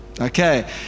okay